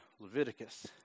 Leviticus